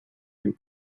and